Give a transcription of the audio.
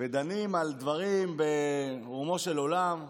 ודנים על דברים ברומו של עולם,